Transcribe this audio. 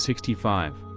sixty five.